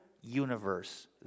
universe